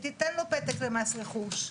היא תיתן לו פתק למס רכוש.